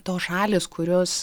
tos šalys kurios